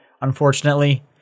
unfortunately